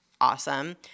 awesome